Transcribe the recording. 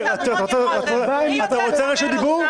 אתה רוצה רשות דיבור?